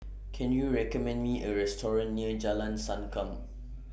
Can YOU recommend Me A Restaurant near Jalan Sankam